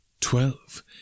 Twelve